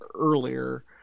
earlier